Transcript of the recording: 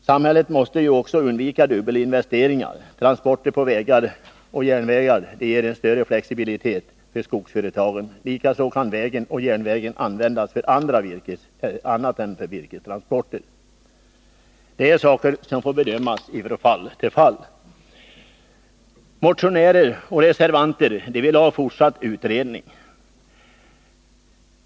Samhället måste också undvika dubbelinvesteringar. Transporter på vägar och järnvägar ger en större flexibilitet för skogsföretagen. Likaså kan vägen och järnvägen användas för annat än virkestransporter. Det är saker som får bedömas från fall till fall. Motionärer och reservanter vill ha fortsatt utredning.